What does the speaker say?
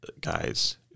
guys